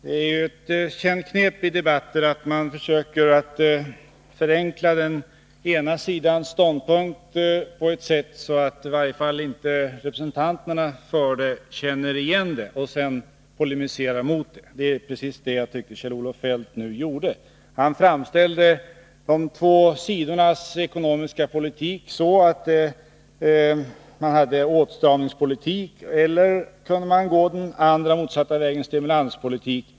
Herr talman! Det är ju ett känt knep i debatter att försöka förenkla den ena sidans ståndpunkt på ett sådant sätt att i varje fall inte representanterna för den känner igen det och sedan polemisera emot det. Det var precis vad jag tyckte Kjell-Olof Feldt nu gjorde. Han framställde de två sidornas ekonomiska politik så, att det var åtstramningspolitik eller —om man går den motsatta vägen — stimulanspolitik.